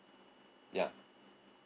ya